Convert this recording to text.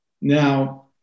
Now